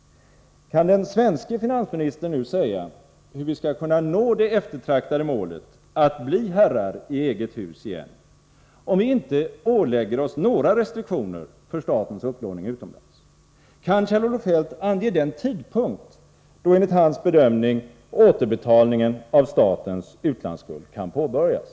Kan den svenska finansministern nu säga, hur vi skall kunna nå det eftertraktade målet att bli herrar i eget hus igen, om vi inte ålägger oss några restriktioner för statens upplåning utomlands? Kan Kjell-Olof Feldt ange den tidpunkt, då enligt hans bedömning, återbetalningen av statens utlandsskuld kan påbörjas?